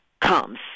comes